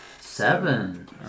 Seven